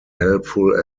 helpful